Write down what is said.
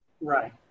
Right